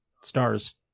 stars